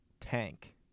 tank